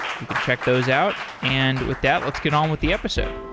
you can check those out. and with that, let's get on with the episode.